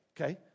okay